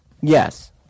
Yes